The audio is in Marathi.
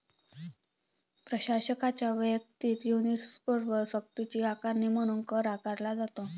प्रशासनाच्या वैयक्तिक युनिट्सवर सक्तीची आकारणी म्हणून कर आकारला जातो